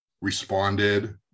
responded